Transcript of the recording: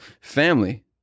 Family